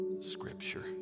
Scripture